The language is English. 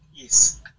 Yes